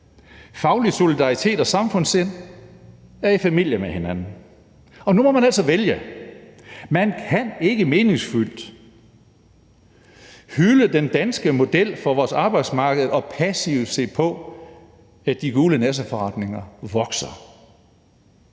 Faglig solidaritet og samfundssind er i familie med hinanden. Nu må man altså vælge. Man kan ikke meningsfyldt hylde den danske model for vores arbejdsmarked og passivt se på, at de gule nasseforretninger vokser.